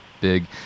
big